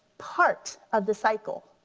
part of the cycle.